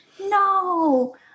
no